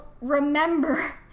remember